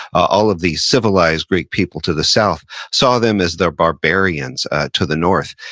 all of the civilized greek people to the south, saw them as their barbarians to the north.